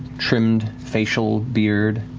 trimmed facial beard.